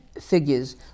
figures